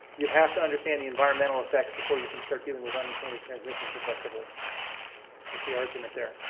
you have to understand the environmental effects before you can start dealing with unintended transmissions effectively is the argument there.